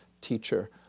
teacher